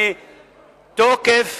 מתוקף